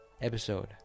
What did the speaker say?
episode